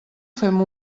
fem